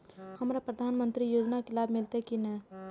हमरा प्रधानमंत्री योजना के लाभ मिलते की ने?